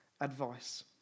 advice